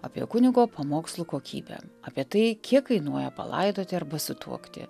apie kunigo pamokslų kokybę apie tai kiek kainuoja palaidoti arba sutuokti